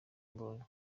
mbondi